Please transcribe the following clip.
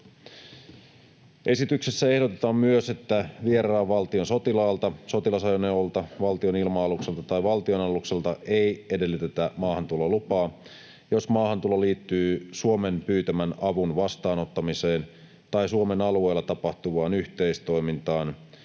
Esityksessä ehdotetaan myös, että vieraan valtion sotilaalta, sotilasajoneuvolta, valtionilma-alukselta tai valtionalukselta ei edellytetä maahantulolupaa, jos maahantulo liittyy Suomen pyytämän avun vastaanottamiseen tai Suomen alueella tapahtuvaan yhteistoimintaan,